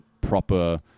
proper